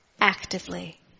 actively